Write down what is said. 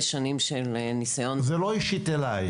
שנים של ניסיון -- זה לא אישית אלייך.